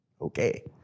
Okay